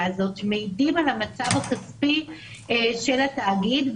הזאת שמעידים על המצב הכספי של התאגיד.